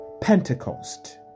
Pentecost